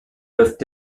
peuvent